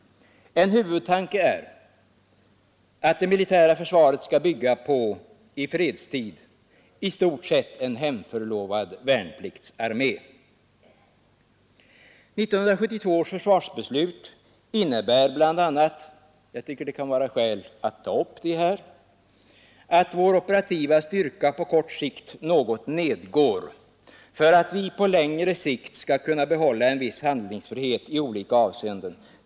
En huvudtanke är att det militära försvaret skall bygga på en i fredstid i stort sett hemförlovad värnpliktsarmé. 1972 års försvarsbeslut innebär bl.a. — jag tycker det kan vara skäl att ta upp detta här — att vår operativa styrka på kort sikt något nedgår för att vi på längre sikt skall kunna behålla en viss handlingsfrihet i olika avseenden.